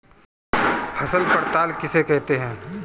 फसल पड़ताल किसे कहते हैं?